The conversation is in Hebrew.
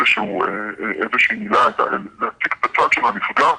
או להציג את הצד של הנפגע,